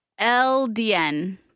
LDN